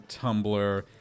Tumblr